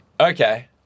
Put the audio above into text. Okay